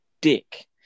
Dick